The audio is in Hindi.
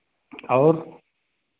और